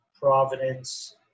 Providence